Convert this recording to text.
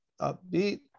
upbeat